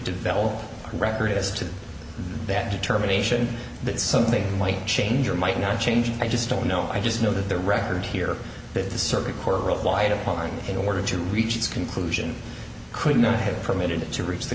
develop a record as to that determination that something might change or might not change i just don't know i just know that the record here that the supreme court required upon in order to reach its conclusion could not have permitted it to reach the